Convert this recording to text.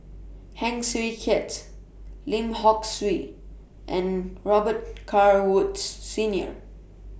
Heng Swee Keat Lim Hock Siew and Robet Carr Woods Senior